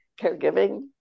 caregiving